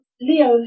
Leo